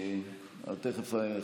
שלחתי לך את הכול.